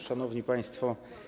Szanowni Państwo!